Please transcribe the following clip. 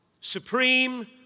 supreme